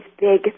big